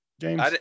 James